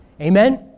Amen